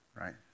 right